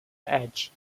edge